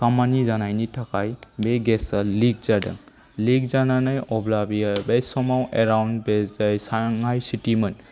खामानि जानायनि थाखाय बे गेसआ लिक जादों लिक जानानै अब्ला बेयो बे समाव एराउन्ड बे जाय शांहाय सिटिमोन